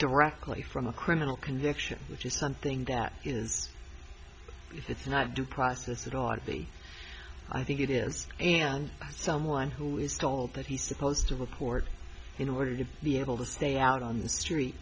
directly from a criminal conviction which is something that it's not due process it ought to be i think it is someone who is told that he's supposed to report in order to be able to stay out on the street